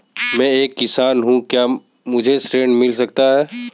मैं एक किसान हूँ क्या मुझे ऋण मिल सकता है?